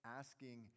asking